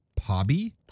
Pobby